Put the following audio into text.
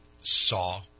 saw